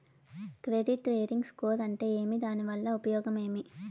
Credit rating score అంటే ఏమి దాని వల్ల ఉపయోగం ఏమి?